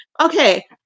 Okay